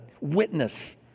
witness